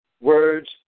words